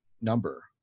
number